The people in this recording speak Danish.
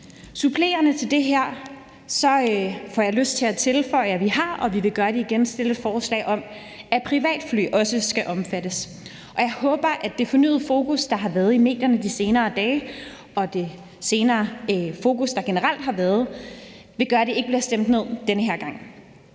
Supplerende til det her får jeg lyst til at tilføje, at vi har, og vi vil gøre dit igen, fremsat et forslag om, at privatfly også skal omfattes, og jeg håber, at det fornyede fokus, der har været i medierne de senere dage, og det fokus, der generelt har været, vil gøre, at det ikke bliver stemt ned den her gang.